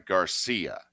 Garcia